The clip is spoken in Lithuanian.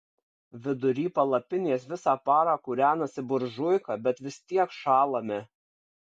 vidury palapinės visą parą kūrenasi buržuika bet vis tiek šąlame